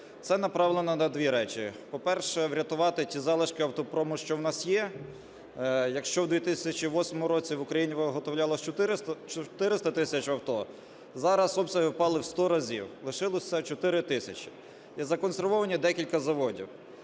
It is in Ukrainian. Це направлено на дві речі. По-перше, врятувати ті залишки автопрому, що у нас є. Якщо у 2008 році в Україні виготовлялося 400 тисяч авто, зараз обсяг впали у сто разів, лишилося 4 тисячі і законсервовані декілька заводів.